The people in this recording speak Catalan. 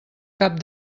cap